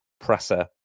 presser